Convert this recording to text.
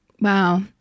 wow